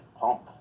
Pump